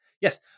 Yes